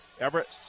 Everett